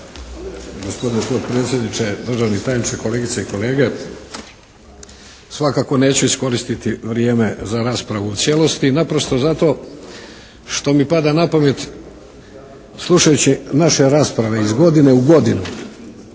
Gospodine potpredsjedniče, državni tajniče, kolegice i kolege. Svakako neću iskoristiti vrijeme za raspravu u cijelosti naprosto zato što mi pada na pamet slušajući naše rasprave iz godine u godinu